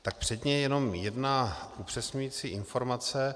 Tak předně jenom jedna upřesňující informace.